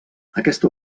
aquesta